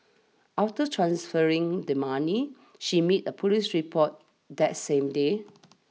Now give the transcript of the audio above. after transferring the money she made a police report that same day